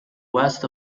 west